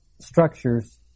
structures